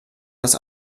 das